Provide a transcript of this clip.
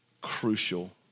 crucial